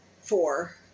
four